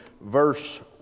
verse